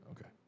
Okay